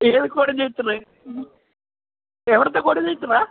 ഏത് കോഡിനേറ്ററ് എവിടുത്തെ കോഡിനേറ്ററാണ്